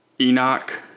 enoch